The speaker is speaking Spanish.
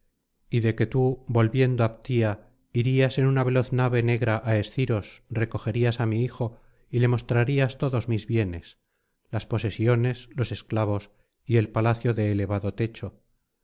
y de que tú volviendo á ptía irías en una veloz nave negra á esciros recogerías á mi hijo y le mostrarías todos mis bienes las posesiones los esclavos y el palacio de elevado techo